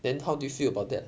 then how do you feel about that